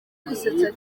gusetsa